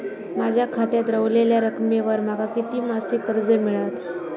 माझ्या खात्यात रव्हलेल्या रकमेवर माका किती मासिक कर्ज मिळात?